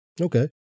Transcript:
Okay